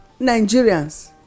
Nigerians